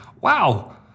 Wow